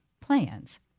plans